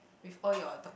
with all your do~